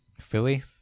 Philly